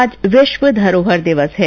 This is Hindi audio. आज विश्व धरोहर दिवस है